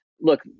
Look